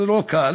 זה לא קל,